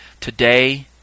Today